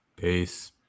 peace